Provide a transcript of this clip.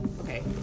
okay